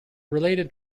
related